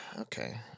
Okay